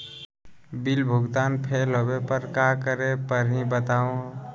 Bill भुगतान fail होवे पर का करै परही, बताहु हो?